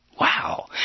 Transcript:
Wow